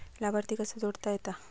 लाभार्थी कसा जोडता येता?